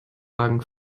hagen